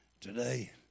Today